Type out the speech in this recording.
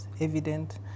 evident